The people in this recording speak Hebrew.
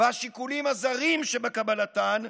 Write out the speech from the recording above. והשיקולים הזרים שבקבלתן,